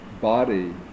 body